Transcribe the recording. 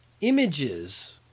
images